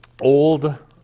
old